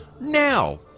Now